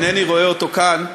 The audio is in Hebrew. אינני רואה אותו כאן.